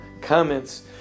comments